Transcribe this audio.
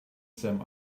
them